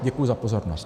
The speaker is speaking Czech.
Děkuji za pozornost.